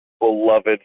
beloved